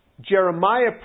Jeremiah